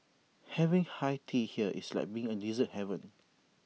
having high tea here is like being in dessert heaven